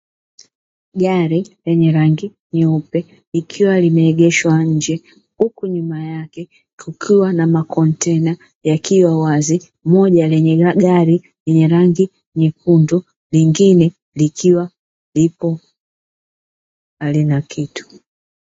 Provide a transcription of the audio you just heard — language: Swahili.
Gari lenye rangi nyeupe, likiwa limeegeshwa nje, huku nyuma yake kukiwa na makontena yakiwa wazi; moja lenye gari lenye rangi nyekundu lingine likiwa lipo halina kitu.